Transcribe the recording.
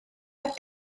heb